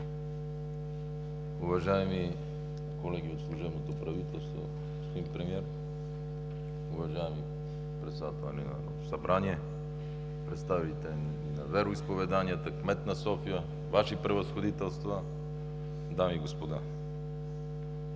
дами и господа!